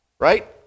right